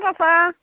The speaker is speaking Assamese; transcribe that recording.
ক'ত আছা